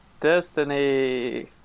Destiny